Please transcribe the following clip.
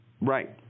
Right